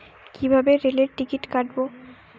কিভাবে রেলের টিকিট কাটব?